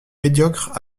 médiocres